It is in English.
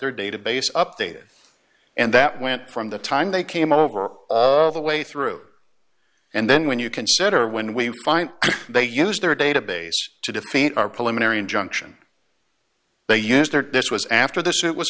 their database updated and that went from the time they came over all the way through and then when you consider when we find they use their database to defeat our pulling in area junction they use their this was after the suit was